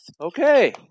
okay